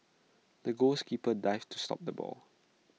the goals keeper dived to stop the ball